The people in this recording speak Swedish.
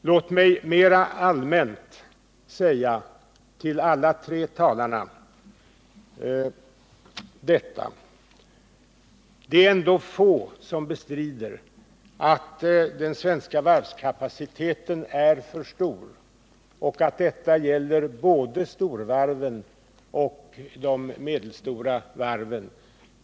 Låt mig mera allmänt till alla tre talarna säga detta: Det är ändå få som bestrider att den svenska varvskapaciteten är för stor och att detta gäller både storvarven och de medelstora varven.